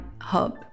hub